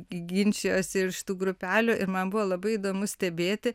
ginčijosi iš tų grupelių ir man buvo labai įdomu stebėti